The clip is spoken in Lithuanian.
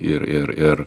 ir ir ir